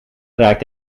geraakt